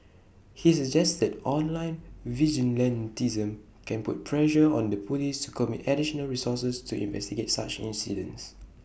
he suggested online vigilantism can put pressure on the Police to commit additional resources to investigate such incidents